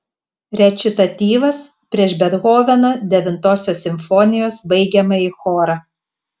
rečitatyvas prieš bethoveno devintosios simfonijos baigiamąjį chorą